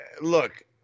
Look